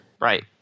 Right